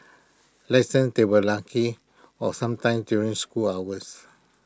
lessons they were lucky or sometime during school hours